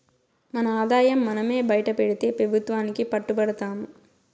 మన ఆదాయం మనమే బైటపెడితే పెబుత్వానికి పట్టు బడతాము